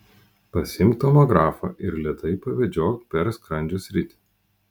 pasiimk tomografą ir lėtai pavedžiok per skrandžio sritį